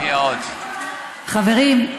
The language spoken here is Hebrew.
חברים,